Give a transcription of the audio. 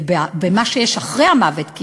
ובמה שיש אחרי המוות.